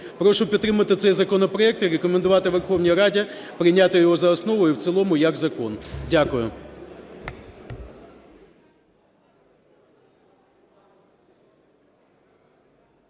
Прошу підтримати цей законопроект і рекомендувати Верховній Раді прийняти його за основу і в цілому як закон. Дякую.